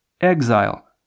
Exile